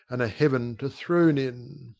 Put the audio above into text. and a heaven to throne in.